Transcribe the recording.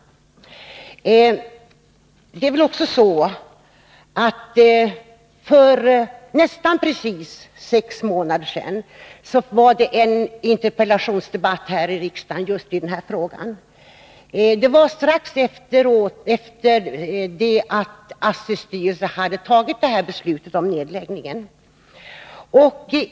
För nästan precis sex månader sedan ägde en interpellationsdebatt rum här iriksdagen just i denna fråga. Det skedde alldeles efter det att ASSI:s styrelse hade fattat beslutet om nedläggningen.